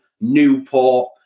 Newport